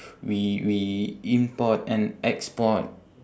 we we import and export